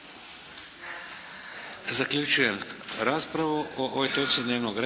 Zaključujem raspravu o ovoj točci dnevnog reda.